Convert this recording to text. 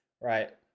right